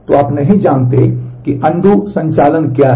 तो आप नहीं जानते कि अनडू संचालन क्या है